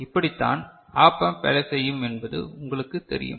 இப்படித்தான் op amp வேலை செய்யும் என்பது உங்களுக்கு தெரியும்